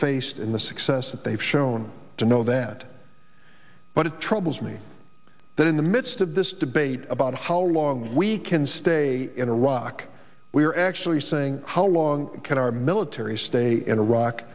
faced in the success that they've shown to know that but it troubles me that in the midst of this debate about how long we can stay in iraq we are actually saying how long can our military stay in iraq